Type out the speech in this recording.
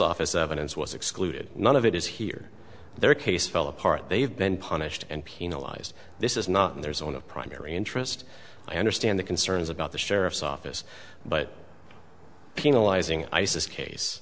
office evidence was excluded none of it is here their case fell apart they have been punished and penalized this is not in their zone of primary interest i understand the concerns about the sheriff's office but penalizing isis case